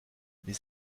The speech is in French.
les